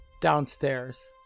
downstairs